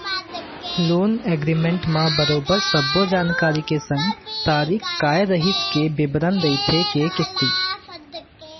loan agreement म बरोबर सब्बो जानकारी के संग तारीख काय रइही के बिबरन रहिथे के किस्ती